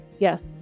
Yes